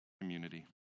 community